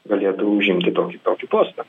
galėdavo užimti tokį tokį postą